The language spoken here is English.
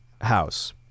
house